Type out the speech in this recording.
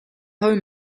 home